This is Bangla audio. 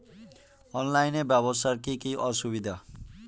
অনলাইনে ব্যবসার কি কি অসুবিধা?